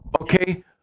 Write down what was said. Okay